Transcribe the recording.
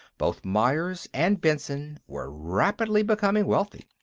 both myers and benson were rapidly becoming wealthy.